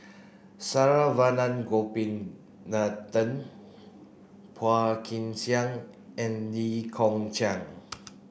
Saravanan Gopinathan Phua Kin Siang and Lee Kong Chian